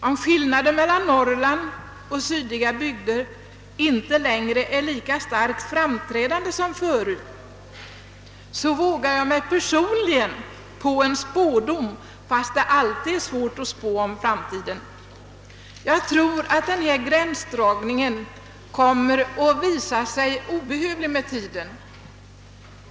Om skillnaden mellan Norrland och sydliga bygder inte längre är lika starkt framträdande som förut, vågar jag mig personligen på en spådom, trots att det alltid är svårt att spå om framtiden. Jag tror att denna gränsdragning kommer att visa sig obehövlig med tiden.